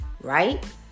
right